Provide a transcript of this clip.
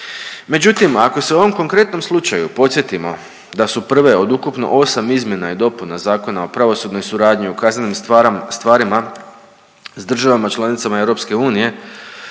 Međutim, ako se u ovom konkretnom slučaju podsjetimo da su prve od ukupno 8 izmjena i dopuna Zakona o pravosudnoj suradnji u kaznenim stvarima s državama članicama EU